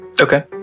Okay